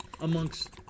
amongst